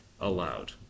allowed